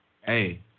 Hey